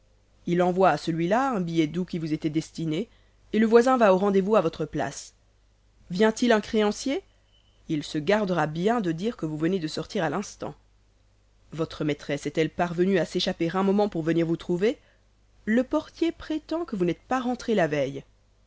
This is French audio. il envoie à celui-là un billet doux qui vous était destiné et le voisin va au rendez-vous à votre place vient-il un créancier il se gardera bien de dire que vous venez de sortir à l'instant votre maîtresse est-elle parvenue à s'échapper un moment pour venir vous trouver le portier prétend que vous n'êtes pas rentré la veille